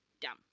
down